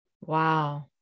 Wow